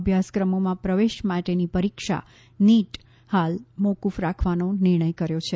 અભ્યાસક્રમોમાં પ્રવેશ માટેની પરિક્ષા નીટ હાલ મોકુફ રાખવાનો નિર્ણય કર્યો છે